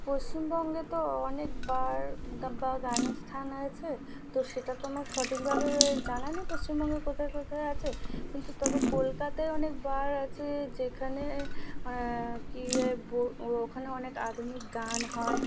পশ্চিমবঙ্গে তো অনেক বার তারপর গানের স্থান আছে তো সেটা তো আমার সঠিকভাবে এভাবে জানা নেই পশ্চিমবঙ্গে কোথায় কোথায় আছে কিন্তু তবে কলকাতায় অনেক বার আছে যেখানে গিয়ে বো ও ওখানে অনেক আধুনিক গান হয়